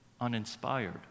uninspired